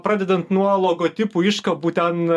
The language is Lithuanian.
pradedant nuo logotipų iškabų ten